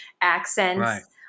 accents